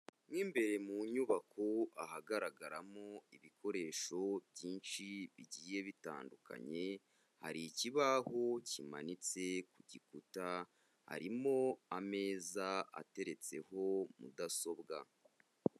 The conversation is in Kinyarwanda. Mo imbere mu nyubako ahagaragaramo ibikoresho byinshi bigiye bitandukanye, hari ikibaho kimanitse ku gikuta, harimo ameza ateretseho mudasobwa.